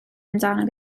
amdano